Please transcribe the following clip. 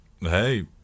hey